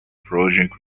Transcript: project